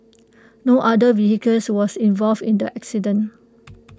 no other vehicle was involved in the accident